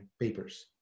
papers